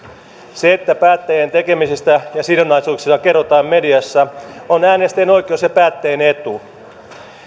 se että päättäjien tekemisistä ja sidonnaisuuksista kerrotaan mediassa on äänestäjien oikeus ja päättäjien etu